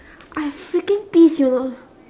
I freaking pissed you know